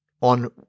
on